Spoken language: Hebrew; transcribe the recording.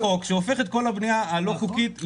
עובר חוק שהופך את כל הבנייה הלא חוקית לחוקית,